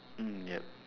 mm yup